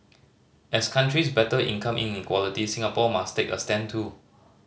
as countries battle income inequality Singapore must take a stand too